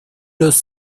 los